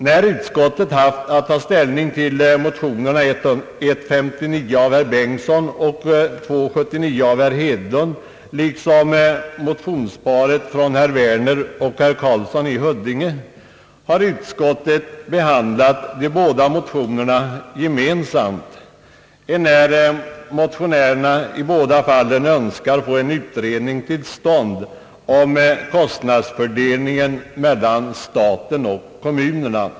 När utskottet haft att ta ställning till motionerna I: 59 av herr Bengtson m.fl. och II: 79 av herr Hedlund m.fl. liksom motionsparet från herr Werner och herr Karlsson i Huddinge m.fl. har utskottet behandlat de båda motionsparen gemensamt, eftersom motionärerna i båda fallen önskar få en utredning till stånd om kostnadsfördelningen mellan staten och kommunerna.